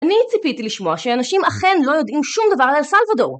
אני ציפיתי לשמוע שאנשים אכן לא יודעים שום דבר על סלוודור.